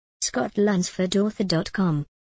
scottlunsfordauthor.com